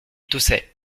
toussait